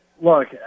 Look